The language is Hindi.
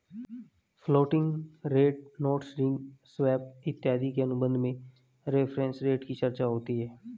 floating rate notes ring swap इत्यादि के अनुबंध में रेफरेंस रेट की चर्चा होती है